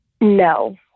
No